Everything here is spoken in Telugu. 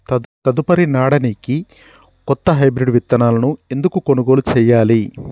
తదుపరి నాడనికి కొత్త హైబ్రిడ్ విత్తనాలను ఎందుకు కొనుగోలు చెయ్యాలి?